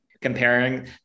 comparing